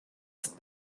ist